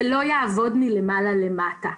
זה לא יעבוד מלמעלה למטה.